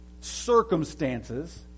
circumstances